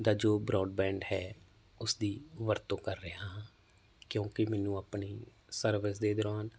ਦਾ ਜੋ ਬਰਾਡਬੈਂਡ ਹੈ ਉਸਦੀ ਵਰਤੋਂ ਕਰ ਰਿਹਾ ਹਾਂ ਕਿਉਂਕਿ ਮੈਨੂੰ ਆਪਣੀ ਸਰਵਿਸ ਦੇ ਦੌਰਾਨ